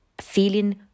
feeling